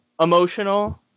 emotional